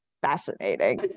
fascinating